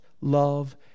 love